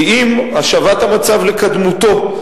כי אם השבת המצב לקדמותו.